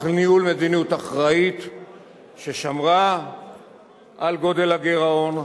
ניהול מדיניות אחראית ששמרה על גודל הגירעון,